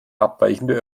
abweichende